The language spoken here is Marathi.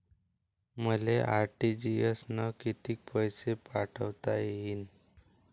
मले आर.टी.जी.एस न कितीक पैसे पाठवता येईन?